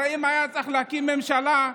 הרי אם היה צריך להקים ממשלה,